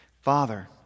Father